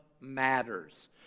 matters